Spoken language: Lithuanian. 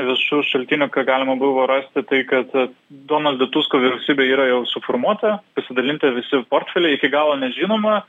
viešų šaltinių ką galima buvo rasti tai kad donaldo tusko vyriausybė yra jau suformuota pasidalinti visi portfelai iki galo nežinoma